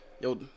Yo